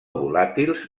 volàtils